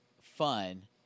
fun